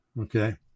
okay